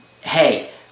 hey